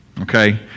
Okay